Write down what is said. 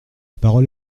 parole